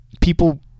people